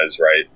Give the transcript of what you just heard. right